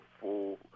full